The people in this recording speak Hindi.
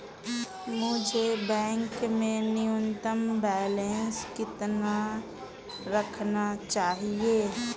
मुझे बैंक में न्यूनतम बैलेंस कितना रखना चाहिए?